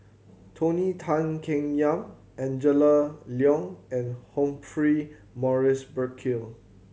Tony Tan Keng Yam Angela Liong and Humphrey Morrison Burkill